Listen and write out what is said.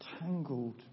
tangled